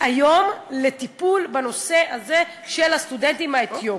לטיפול בנושא הזה של הסטודנטים האתיופים.